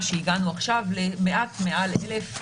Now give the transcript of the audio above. הגענו עכשיו למעט מעל 1,000,